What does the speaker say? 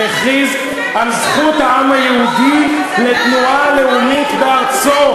והכריז על זכות העם היהודי לתנועה לאומית בארצו.